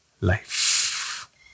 life